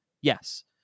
Yes